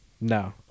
No